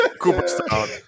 Cooperstown